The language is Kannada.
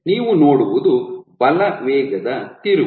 ನೀವು ನೋಡುವುದು ಬಲ ವೇಗದ ತಿರುವು